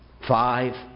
five